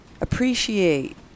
Appreciate